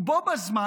בו בזמן,